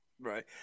right